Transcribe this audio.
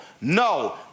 No